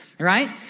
Right